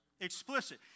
Explicit